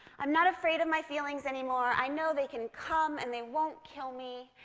i am not afraid of my feelings anymore. i know they can come, and they won't kill me,